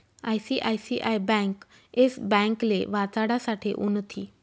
ICICI bank yes ब्यांकले वाचाडासाठे उनथी